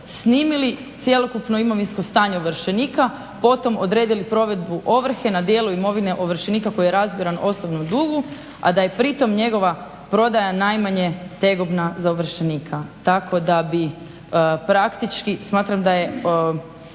snimili cjelokupno imovinsko stanje ovršenika, potom odredili provedbu ovrhe na dijelu imovine ovršenika koji je razmjeran osnovnom dugu, a da je pritom njegova prodaja najmanje tegobna za ovršenika tako da bi praktički smatram da je,